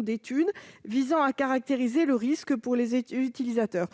des études visant à les évaluer et à caractériser le risque pour les utilisateurs